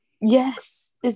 Yes